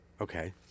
Okay